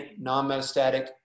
non-metastatic